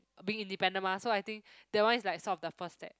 being independent mah so I think that one is like sort of the first step